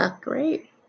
Great